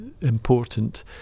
important